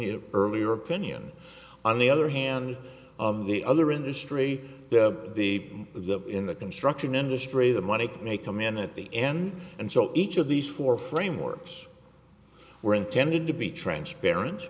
your earlier opinion on the other hand of the other industry the the in the construction industry the money may come in at the end and so each of these four frameworks were intended to be transparent